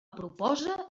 proposa